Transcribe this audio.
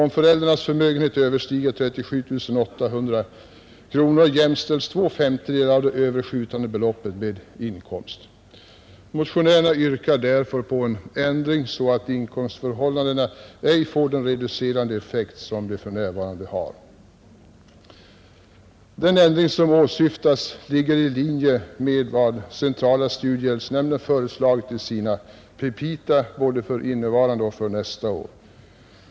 Om föräldrarnas förmögenhet överstiger 37 800 kronor, jämställs två femtedelar av det överskjutande beloppet med inkomst. Motionärerna yrkar på en ändring så att inkomstförhållandena ej får den reducerande effekt som de för närvarande har. Den ändring som åsyftas ligger i linje med vad centrala studiehjälpsnämnden föreslagit i sina petita både för innevarande år och för nästa år.